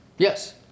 Yes